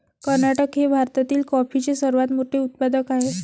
कर्नाटक हे भारतातील कॉफीचे सर्वात मोठे उत्पादक आहे